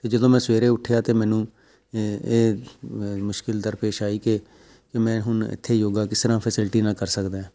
ਅਤੇ ਜਦੋਂ ਮੈਂ ਸਵੇਰੇ ਉੱਠਿਆ ਅਤੇ ਮੈਨੂੰ ਇਹ ਇਹ ਮੁਸ਼ਕਿਲ ਦਰਪੇਸ਼ ਆਈ ਕਿ ਕਿ ਮੈਂ ਹੁਣ ਇੱਥੇ ਯੋਗਾ ਕਿਸ ਤਰ੍ਹਾਂ ਫੈਸਿਲਿਟੀ ਨਾਲ ਕਰ ਸਕਦਾ